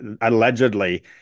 allegedly